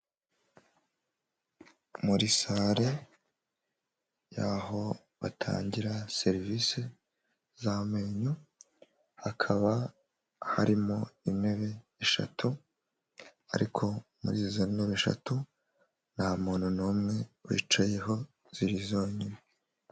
Muri sare yaho batangira serivisi z'amenyo hakaba harimo intebe eshatu, ariko muri izo ntebe eshatu nta muntu n'umwe wicayeho ziri zonyine.